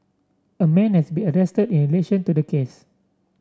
a man has been arrested in relation to the case